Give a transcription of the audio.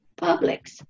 Publix